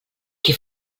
qui